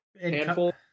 handful